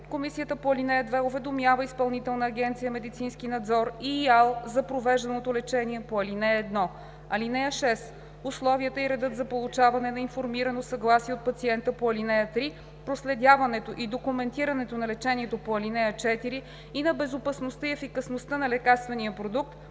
Комисията по ал. 2 уведомява Изпълнителна агенция „Медицински надзор“ и ИАЛ за провежданото лечение по ал. 1. (6) Условията и редът за получаване на информирано съгласие от пациента по ал. 3, проследяването и документирането на лечението по ал. 4 и на безопасността и ефикасността на лекарствения продукт